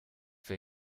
für